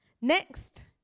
next